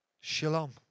shalom